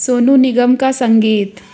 सोनू निगम का संगीत